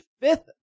fifth